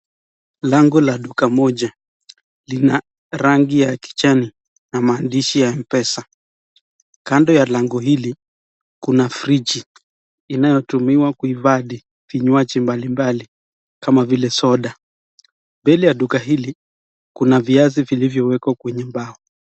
Lango la duka moja lina rangi ya kijani, na maandishi ya Mpesa, kando ya lango hili kuna friji inayotumiwa kuhifadhi vinywaji mbali mbali kama vile soda. Mbele ya duka hili, kuna viazi vilivyowekwa kwenye mbao.